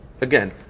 Again